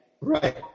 Right